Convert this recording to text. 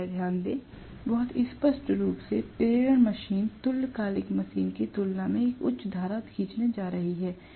कृपया ध्यान दें बहुत स्पष्ट रूप से प्रेरण मशीन तुल्यकालिक मशीन की तुलना में एक उच्च धारा खींचने जा रही है